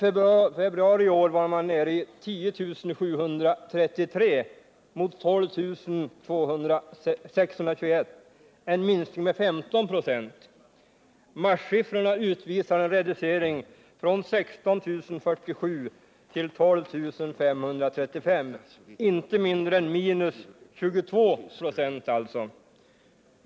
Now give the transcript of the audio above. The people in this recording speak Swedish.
I februari i år var man nere i 10 733 mot 12 621 förra året, en minskning med 15 96. Marssiffrorna utvisar en reducering från 16 407 till 12 535, alltså inte mindre än minus 22 96.